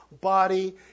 body